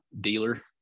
dealer